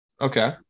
Okay